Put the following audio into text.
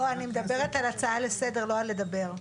אני מדברת על הצעה לסדר, לא על לדבר.